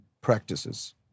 practices